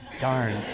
darn